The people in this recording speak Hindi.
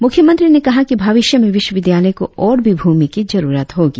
मुख्यमंत्री ने कहा कि भविष्य में विश्वविद्यालय को और भी भूमि की जरुरत होगी